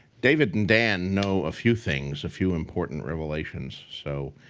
david and dan know a few things, a few important revelations. so,